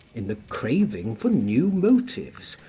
in the craving for new motives,